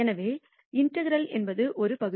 எனவே இன்டெகரால் என்பது ஒரு பகுதி